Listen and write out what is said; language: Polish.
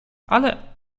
ale